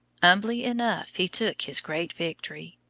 humbly enough he took his great victory.